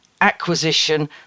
acquisition